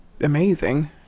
amazing